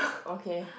okay